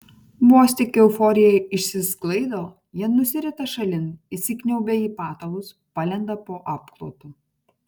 vos tik euforija išsisklaido jie nusirita šalin įsikniaubia į patalus palenda po apklotu